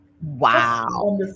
Wow